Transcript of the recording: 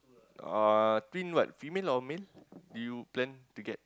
uh twin what female or male you plan to get